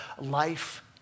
life